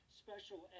special